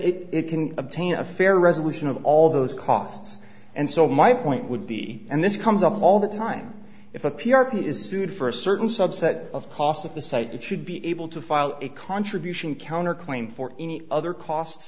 that it can obtain a fair resolution of all those costs and so my point would be and this comes up all the time if a p r p is sued for a certain subset of costs of the site it should be able to file a contribution counter claim for any other costs